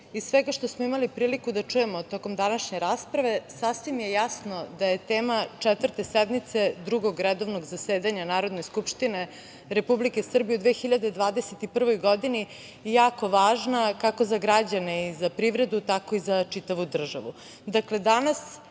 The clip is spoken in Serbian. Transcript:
iz svega što smo imali priliku da čujemo tokom današnje rasprave sasvim je jasno da je tema Četvrte sednice Drugog redovnog zasedanja Narodne skupštine Republike Srbije u 2021. godini jako važna, kako za građane i privredu, tako i za čitavu državu.